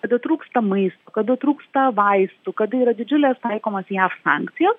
kada trūksta maisto kada trūksta vaistų kada yra didžiulės taikomos jav sankcijos